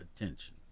attention